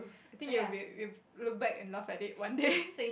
I think you will be will look back and laugh at it one day